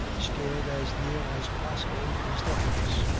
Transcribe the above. scared as near as possible into hysterics.